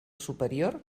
superior